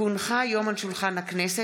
כי הונחה היום על שולחן הכנסת,